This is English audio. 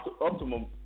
Optimum